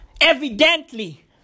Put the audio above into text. Evidently